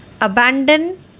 Abandon